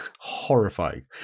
Horrifying